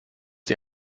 sie